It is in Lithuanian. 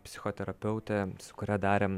psichoterapeutę su kuria darėm